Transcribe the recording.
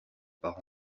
par